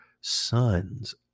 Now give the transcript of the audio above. sons